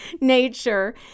nature